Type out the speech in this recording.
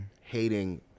Hating